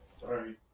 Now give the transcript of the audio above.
Sorry